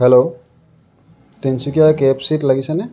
hello Tinsukia K F চিত লাগিছেনে